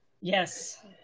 Yes